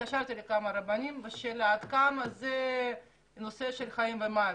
התקשרתי לכמה רבנים ושאלתי עד כמה זה נושא של חיים ומוות,